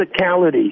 physicality